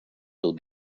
will